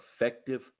effective